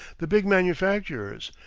the big manufacturers,